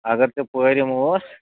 اگر ژےٚ پٲرِم اوس